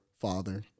father